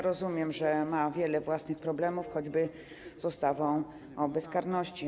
Rozumiem, że ma wiele własnych problemów, choćby z ustawą o bezkarności.